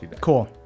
Cool